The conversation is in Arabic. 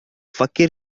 فكر